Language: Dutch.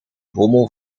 rommel